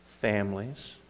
families